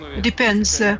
depends